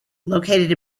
located